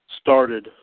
started